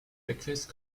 backface